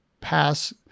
pass